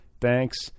Thanks